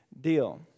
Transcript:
deal